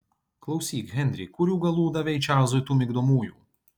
klausyk henri kurių galų davei čarlzui tų migdomųjų